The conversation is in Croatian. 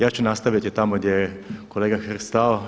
Ja ću nastaviti tamo gdje je kolega Hrg stao.